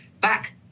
back